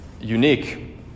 unique